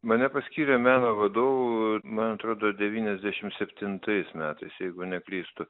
mane paskyrė meno vadovu man atrodo devyniasdešim septintais metais jeigu neklystu